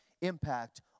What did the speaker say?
impact